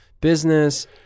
business